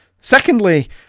Secondly